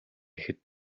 гэхэд